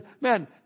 man